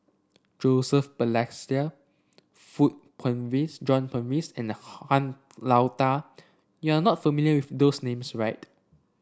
Joseph Balestier John Purvis and Han Lao Da you are not familiar with those names right